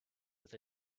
with